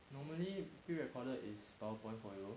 normally pre-recorded is power point for you